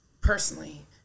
personally